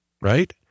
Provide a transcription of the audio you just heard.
right